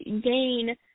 gain